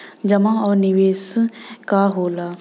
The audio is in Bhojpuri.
जमा और निवेश का होला?